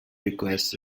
request